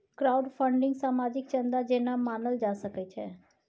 crowdfunding सामाजिक चन्दा जेना मानल जा सकै छै